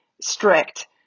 strict